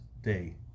Day